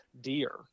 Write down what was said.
deer